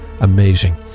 amazing